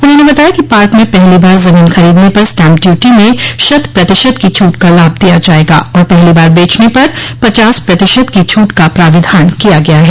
उन्होंने बताया कि पार्क में पहली बार जमीन खरीदने पर स्टैंप ड्यूटी में शत प्रतिशत की छूट का लाभ दिया जायेगा और पहली बार बेचने पर पचास प्रतिशत की छूट का प्राविधान किया गया है